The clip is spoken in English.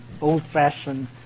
old-fashioned